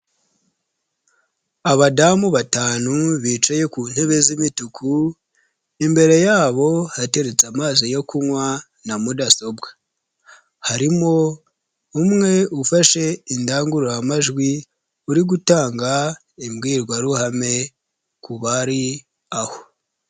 Abadamu batanu bicaye ku ntebe z'imituku, imbere yabo hateretse amazi yo kunywa na mudasobwa, harimo umwe ufashe indangururamajwi uri gutanga imbwirwaruhame ku bari aho.